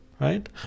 right